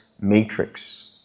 matrix